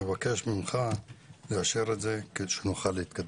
אני מבקש ממך לאשר את זה כדי שנוכל להתקדם.